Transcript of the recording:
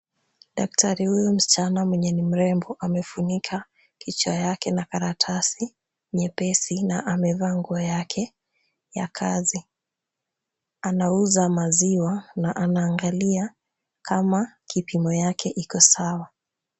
Daktari huyu msichana mwenye ni mrembo, amefunika kichwa chake na karatasi nyepesi na amevaa nguo yake ya kazi. Anauza maziwa na anaangalia kama kipimo yake iko sawa